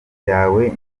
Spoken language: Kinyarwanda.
ryawe